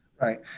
Right